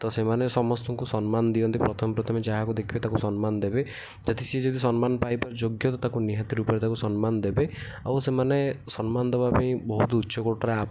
ତ ସେମାନେ ସମସ୍ତଙ୍କୁ ସମ୍ମାନ ଦିଅନ୍ତି ପ୍ରଥମେ ପ୍ରଥମେ ଯାହାକୁ ଦେଖିବେ ତାକୁ ସମ୍ମାନ ଦେବେ ଯଦି ସିଏ ଯଦି ସମ୍ମାନ ପାଇବାର ଯୋଗ୍ୟ ତ ତାକୁ ନିହାତି ରୂପରେ ତାକୁ ସମ୍ମାନ ଦେବେ ଆଉ ସେମାନେ ସମ୍ମାନ ଦେବାପାଇଁ ବହୁତ ଉଚ୍ଚକୋଟିର ଆ